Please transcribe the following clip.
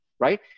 right